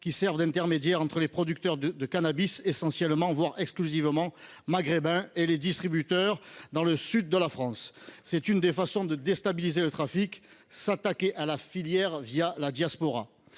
qui servent d’intermédiaires entre les producteurs de cannabis – essentiellement, voire exclusivement maghrébins – et les distributeurs dans le sud de la France. L’une des façons de déstabiliser le trafic est de s’attaquer à la filière la diaspora.